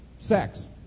sex